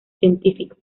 científicos